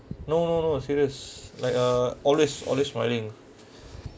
no no no serious like uh always always smiling